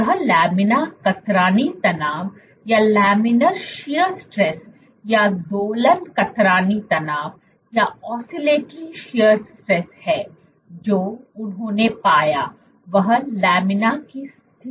यह लामिना कतरनी तनाव या दोलन कतरनी तनाव है और जो उन्होंने पाया वह लामिना की स्थिति में था